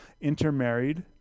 intermarried